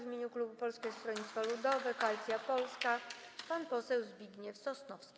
W imieniu klubu Polskie Stronnictwo Ludowe - Koalicja Polska pan poseł Zbigniew Sosnowski.